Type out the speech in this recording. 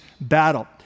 battle